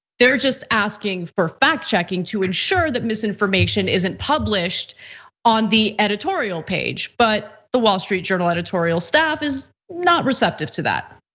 they're just asking for fact checking to ensure that misinformation isn't published on the editorial page. but the wall street journal editorial staff is not receptive to that.